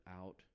out